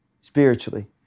spiritually